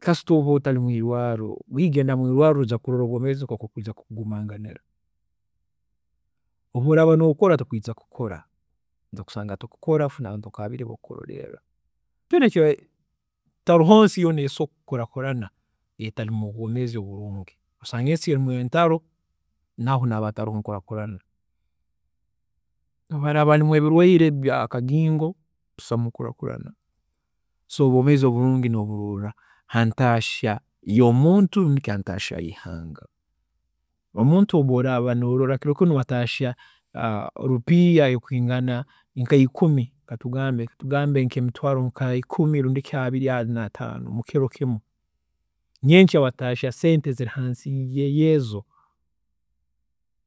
﻿Kasita oba otari mwiirwaqarro, iwe genda mwiirwaarro orole obwoomeezi nkoku bwiija kukugumaanganira, obu oraaba nokora noija kwesanga otakyaakora, tosobola kukora, kandi tosobola kweloreerra, tiharoho ensi yoona esobola kukuraakurana etarumu obwoomeezi obulungi. Obu okusanga ensi erumu entaro, nayo nihaba hatoroho kukuraakurana hatarumu obwoomeezi oburungi, kusanga ensi erumu entaro naho nihaba hataroho enkuraakurana, obu haraaba harumu ebirwiire bya kagingo busamu nkuraakurana. So obwoomeezi obulungi noburoorra hantashya y'omuntu rundi ki yeihanga, omuntu obu oraaba norola kiro kinu waatashya rupiiha ekwingana nkaikumi rundi ki abiri n'ataano, mukiro kimu, nyekya waatashya sente eziri hansi yeezo